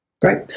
Great